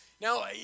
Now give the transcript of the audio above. Now